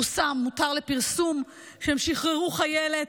הותר לפרסום שהם שחררו חיילת,